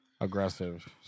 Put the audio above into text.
aggressive